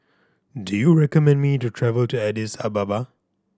do you recommend me to travel to Addis Ababa